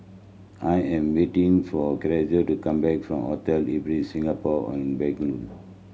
I am waiting for Carisa to come back from Hotel Ibis Singapore On Bencoolen